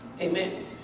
Amen